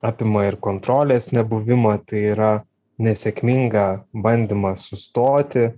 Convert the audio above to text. apima ir kontrolės nebuvimą tai yra nesėkmingą bandymą sustoti